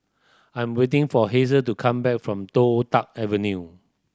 I'm waiting for Hazel to come back from Toh Tuck Avenue